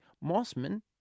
Mossman